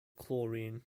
chlorine